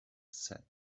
said